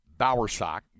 Bowersock